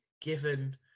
given